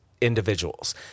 individuals